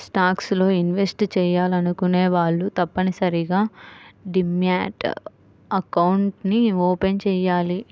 stocks లో invest చెయ్యాలనుకునే వాళ్ళు తప్పనిసరిగా డీమ్యాట్ అకౌంట్ని ఓపెన్ చెయ్యాలి